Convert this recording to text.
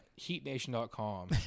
HeatNation.com